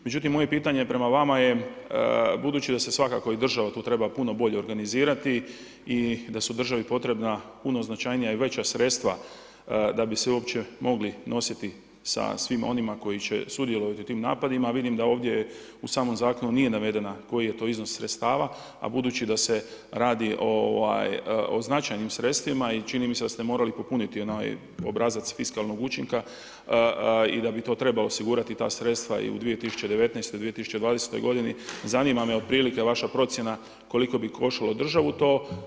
Međutim, moje pitanje prema vama je, budući da se svakako i država tu treba puno bolje organizirati i da su državi potrebna puno značajnija i veća sredstva da bi se uopće mogli nositi sa svima onima koji će sudjelovati u tim napadima, a vidim da ovdje u samom Zakonu nije navedeno koji je to iznos sredstava, a budući da se radi o značajnim sredstvima i čini mi se da ste morali popuniti onaj obrazac fiskalnog učinka i da bi to trebalo osigurati ta sredstva i u 2019.-2020. godini, zanima me otprilike vaša procjena koliko bi koštalo državu to.